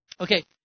Okay